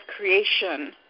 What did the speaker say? creation